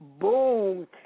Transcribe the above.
boom